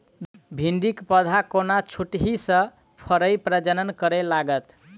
भिंडीक पौधा कोना छोटहि सँ फरय प्रजनन करै लागत?